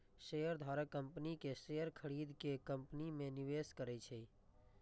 शेयरधारक कंपनी के शेयर खरीद के कंपनी मे निवेश करै छै